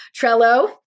Trello